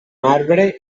marbre